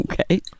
Okay